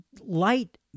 light